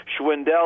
Schwindel